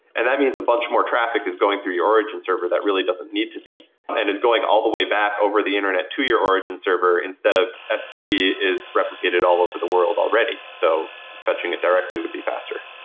and that means a bunch more traffic is going through your origin server that really doesn't need to be and it's going all the way back over the internet to your origin server instead of s three is replicated all over the world already. so fetching it directly would be faster.